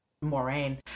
Moraine